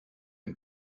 ein